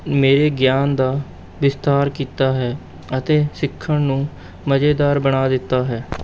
ਮੇਰੇ ਗਿਆਨ ਦਾ ਵਿਸਥਾਰ ਕੀਤਾ ਹੈ ਅਤੇ ਸਿੱਖਣ ਨੂੰ ਮਜ਼ੇਦਾਰ ਬਣਾ ਦਿੱਤਾ ਹੈ